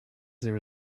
there